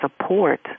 support